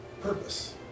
purpose